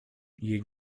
jej